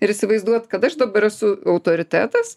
ir įsivaizduot kad aš dabar esu autoritetas